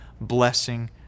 blessing